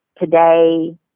today